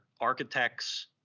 architects